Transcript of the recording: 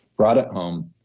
brought it home,